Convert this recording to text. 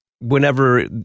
whenever